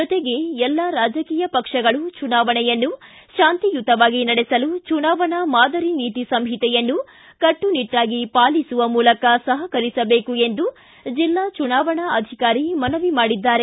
ಜೊತೆಗೆ ಎಲ್ಲಾ ರಾಜಕೀಯ ಪಕ್ಷಗಳು ಚುನಾವಣೆಯನ್ನು ಶಾಂತಿಯುತವಾಗಿ ನಡೆಸಲು ಚುನಾವಣಾ ಮಾದರಿ ನೀತಿ ಸಂಹಿತೆಯನ್ನು ಕಟ್ಟು ನಿಟ್ಟಾಗಿ ಪಾಲಿಸುವ ಮೂಲಕ ಸಹಕರಿಸಬೇಕು ಎಂದು ಜಿಲ್ಲಾ ಚುನಾವಣಾ ಅಧಿಕಾರಿ ಮನವಿ ಮಾಡಿದ್ದಾರೆ